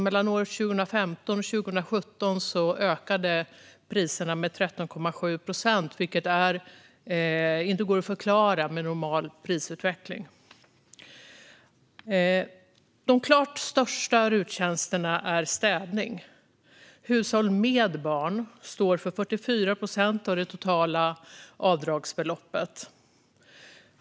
Mellan åren 2015 och 2017 ökade priserna med 13,7 procent, vilket inte går att förklara med normal prisutveckling. Den klart största RUT-tjänsten är städning. Hushåll med barn står för 44 procent av det totala avdragsbeloppet.